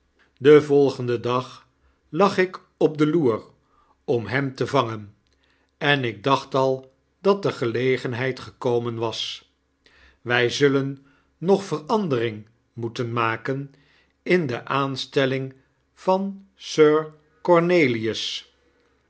den volgenden dag lag ik op de loer om hem te vangenenikdachtaldatdegelegenheid gekomen was wij zullen nog verandering moeten maken in de aanstelling van sir cornelius